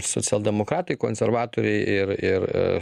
socialdemokratai konservatoriai ir ir